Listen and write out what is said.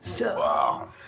Wow